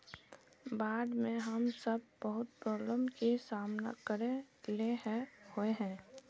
बाढ में हम सब बहुत प्रॉब्लम के सामना करे ले होय है?